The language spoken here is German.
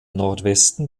nordwesten